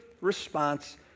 response